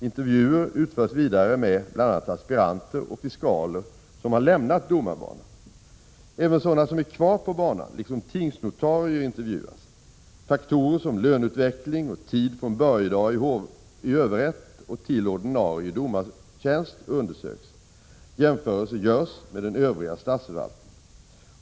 Intervjuer utförs vidare med bl.a. aspiranter och fiskaler som lämnat domarbanan. Även sådana som är kvar på banan liksom tingsnotarier intervjuas. Faktorer som löneutveckling och tid från börjedag i överrätt till ordinarie domartjänst undersöks. Jämförelser görs med den övriga statsförvaltningen.